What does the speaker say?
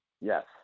Yes